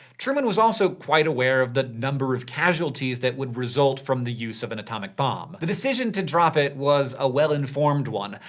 truman was also quite aware of the number of casualties that would result from the use of an atomic bomb. the decision to drop it was a well-informed one.